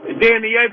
Danny